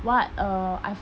what err I